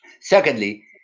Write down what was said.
secondly